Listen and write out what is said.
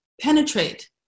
penetrate